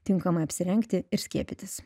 tinkamai apsirengti ir skiepytis